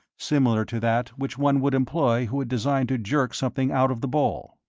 similar to that which one would employ who had designed to jerk something out of the bowl.